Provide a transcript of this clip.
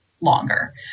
longer